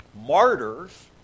Martyrs